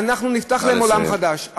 ואנחנו נפתח להם עולם חדש.